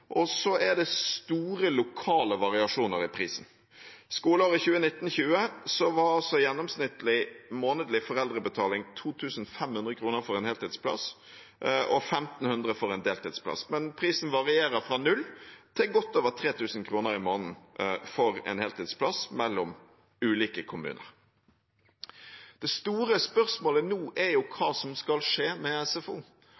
og det er store lokale variasjoner i prisen. I 2019–2020 var gjennomsnittlig månedlig foreldrebetaling på skoler 2 500 kr for en heltidsplass og 1 500 kr for en deltidsplass, men prisen varierer fra null til godt over 3 000 kr i måneden for en heltidsplass mellom ulike kommuner. Det store spørsmålet nå er